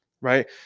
right